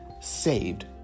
saved